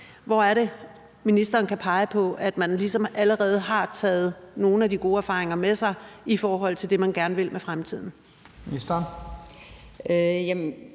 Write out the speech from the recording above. Hvor kan ministeren pege på at man ligesom allerede har taget nogle af de gode erfaringer med sig i forhold til det, man gerne vil i fremtiden?